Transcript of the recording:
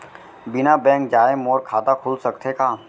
बिना बैंक जाए मोर खाता खुल सकथे का?